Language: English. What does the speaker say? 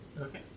Okay